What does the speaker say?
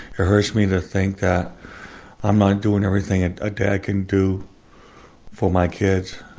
it hurts me to think that i'm not doing everything and a dad can do for my kids.